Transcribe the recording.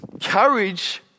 courage